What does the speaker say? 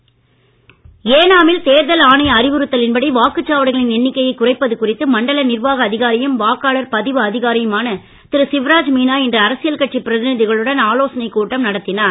ஏனாம் ஏனாமில் தேர்தல் வாக்குச் சாவடிகளின் எண்ணிக்கையை குறைப்பது குறித்து மண்டல நிர்வாக அதிகாரியும் வாக்காளர் பதிவு அதிகாரியுமான திரு சிவராஜ் மீனா இன்று அரசியல் கட்சி பிரதிநிதிகளுடன் ஆலோசனைக் கூட்டம் நடத்தினார்